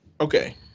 okay